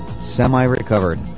semi-recovered